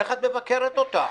איך את מבקרת אותה?